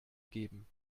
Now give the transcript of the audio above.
geben